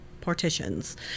partitions